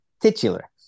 Titular